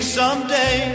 someday